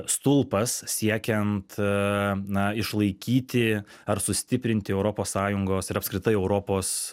stulpas siekiant na išlaikyti ar sustiprinti europos sąjungos ir apskritai europos